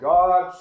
God